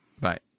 Bye